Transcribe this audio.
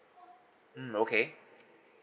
mm okay